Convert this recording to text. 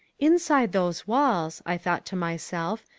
inside those walls, i thought to myself,